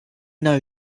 know